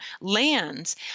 lands